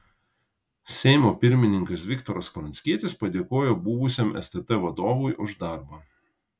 seimo pirmininkas viktoras pranckietis padėkojo buvusiam stt vadovui už darbą